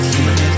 Human